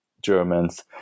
Germans